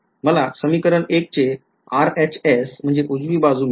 मला समीकरण १ चे RHS मिळेल